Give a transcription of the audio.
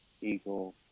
Eagle